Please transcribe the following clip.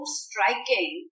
striking